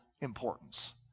importance